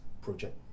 Project